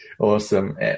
Awesome